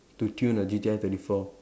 to tune a G_T_R thirty four